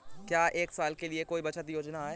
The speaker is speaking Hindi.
क्या एक साल के लिए कोई बचत योजना है?